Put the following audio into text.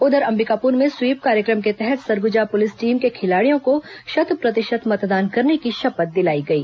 उधर अम्बिकापुर में स्वीप कार्यक्रम के तहत सरगुजा पुलिस टीम के खिलाडियों को शत प्रतिशत मतदान करने की शपथ दिलाई गई